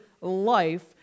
life